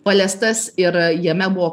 paliestas ir jame buvo